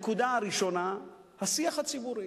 הנקודה הראשונה, השיח הציבורי.